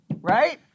right